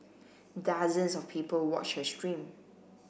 dozens of people watched her stream